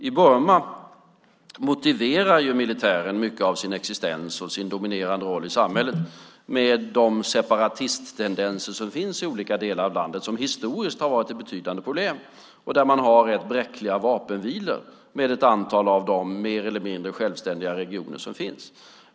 I Burma motiverar militären mycket av sin existens och sin dominerande roll i samhället med de separatisttendenser som finns i olika delar av landet och som historiskt har varit ett betydande problem. Där har man haft bräckliga vapenvilor med ett antal av de mer eller mindre självständiga regioner som finns.